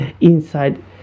inside